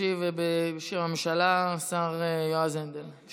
ישיב, בשם הממשלה, בשם האוצר,